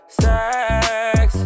sex